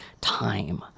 time